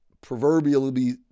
proverbially